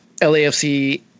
LAFC